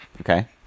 Okay